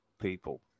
people